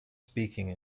speaking